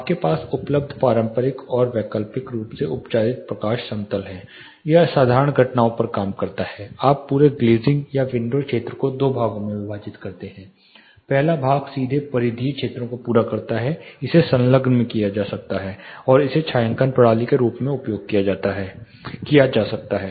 आपके पास उपलब्ध पारंपरिक और वैकल्पिक रूप से उपचारित प्रकाश समतल हैं यह साधारण घटनाओं पर काम करता है आप पूरे ग्लेज़िंग या विंडो क्षेत्र को दो भागों में विभाजित करते हैं पहला भाग सीधे परिधीय क्षेत्रों को पूरा करता है इसे संलग्न भी किया जा सकता है और इसे छायांकन प्रणाली के रूप में उपयोग किया जा सकता है